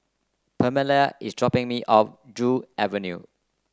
Pamelia is dropping me off Joo Avenue